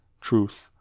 truth